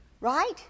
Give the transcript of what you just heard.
Right